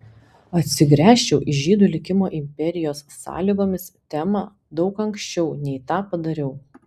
atsigręžčiau į žydų likimo imperijos sąlygomis temą daug anksčiau nei tą padariau